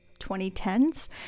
2010s